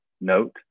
note